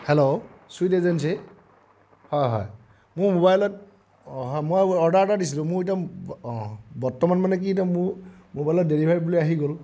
hello sweet agency হয় হয় মোৰ মোবাইলত হয় মই অৰ্ডাৰ এটা দিছিলোঁ মোৰ এতিয়া অ বৰ্তমান মানে কি এতিয়া মোৰ মোবাইলত ডেলিভাৰ্ড বুলি আহি গ'ল